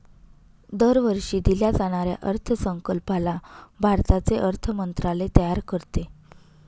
दरवर्षी दिल्या जाणाऱ्या अर्थसंकल्पाला भारताचे अर्थ मंत्रालय तयार करते